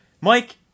Mike